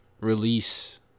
release